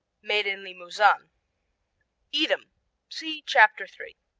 made in limousin. edam see chapter three.